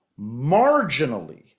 marginally